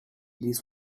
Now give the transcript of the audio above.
this